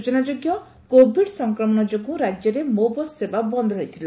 ସୂଚନାଯୋଗ୍ୟ କୋଭିଡ୍ ସଂକ୍ରମଶ ଯୋଗୁଁ ରାଜ୍ୟରେ ମୋ ବସ୍ ସେବା ବନ୍ଦ୍ ରହିଥିଲା